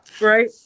Right